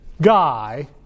guy